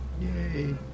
Yay